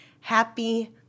Happy